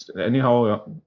anyhow